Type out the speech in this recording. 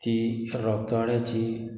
ती रोखडेची